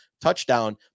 touchdown